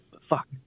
fuck